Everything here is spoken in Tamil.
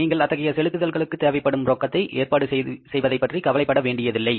நீங்கள் அத்தகைய செலுத்துதல்களுக்கு தேவைப்படும் ரொக்கத்தை ஏற்பாடு செய்வதை பற்றி கவலைப்பட வேண்டியதில்லை